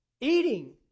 Eating